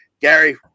Gary